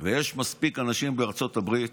ויש מספיק אנשים בארצות הברית,